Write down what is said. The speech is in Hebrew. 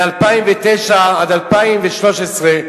מ-2009 עד 2013,